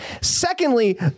Secondly